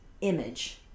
image